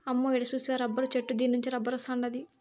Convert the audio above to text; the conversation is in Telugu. అమ్మో ఈడ సూస్తివా రబ్బరు చెట్టు దీన్నుండే రబ్బరొస్తాండాది